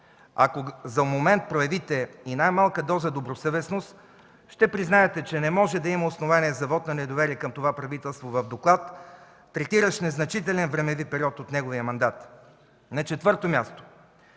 Ако за момент проявите и най-малка доза добросъвестност, ще признаете, че не може да има основание за вот на недоверие към това правителство в доклад, третиращ незначителен времеви период от неговия мандат. На четвърто място,